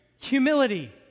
humility